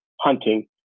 hunting